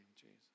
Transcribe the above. Jesus